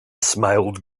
smiled